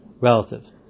relative